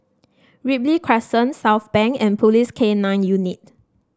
Ripley Crescent Southbank and Police K Nine Unit